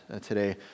today